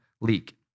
leak